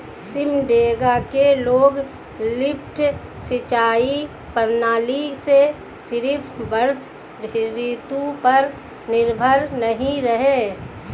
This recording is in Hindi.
सिमडेगा के लोग लिफ्ट सिंचाई प्रणाली से सिर्फ वर्षा ऋतु पर निर्भर नहीं रहे